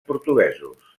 portuguesos